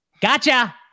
Gotcha